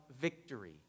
victory